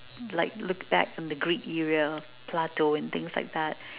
like look back from the greek era of Plato and things like that